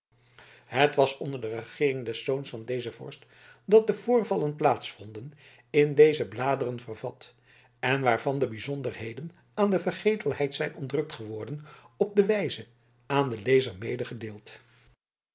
het was onder de regeering des zoons van dezen vorst dat de voorvallen plaats vonden in deze bladeren vervat en waarvan de bijzonderheden aan de vergetelheid zijn ontrukt geworden op de wijze aan den lezer